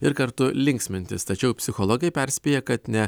ir kartu linksmintis tačiau psichologai perspėja kad ne